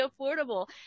affordable